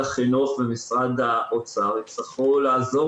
משרד החינוך ומשרד האוצר יצטרכו לעזור